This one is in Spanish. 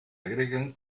agregan